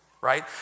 right